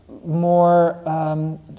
more